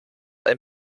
ein